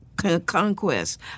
conquest